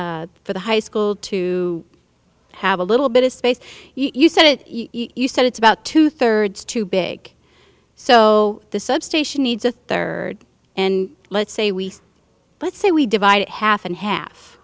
for the high school to have a little bit of space you said it you said it's about two thirds too big so the substation needs a third and let's say we let's say we divide it half and half